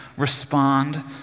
respond